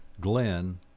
Glenn